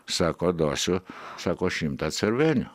sako duosiu sako šimtą cervenių